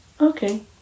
Okay